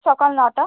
সকাল নটা